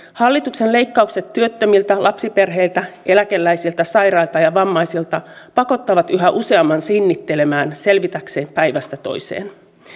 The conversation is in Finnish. hallituksen leikkaukset työttömiltä lapsiperheiltä eläkeläisiltä sairailta ja vammaisilta pakottavat yhä useamman sinnittelemään selvitäkseen päivästä toiseen